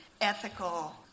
ethical